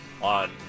on